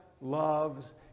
loves